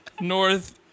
north